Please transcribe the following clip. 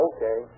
Okay